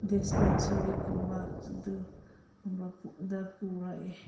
ꯗꯤꯁꯄꯦꯟꯁꯔꯤꯒꯨꯝꯕ ꯑꯗꯨ ꯒꯨꯝꯕꯗ ꯄꯨꯔꯛꯑꯦ